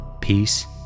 peace